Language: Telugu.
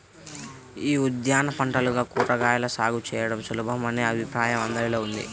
యీ ఉద్యాన పంటలుగా కూరగాయల సాగు చేయడం సులభమనే అభిప్రాయం అందరిలో ఉంది